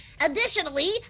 Additionally